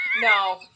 No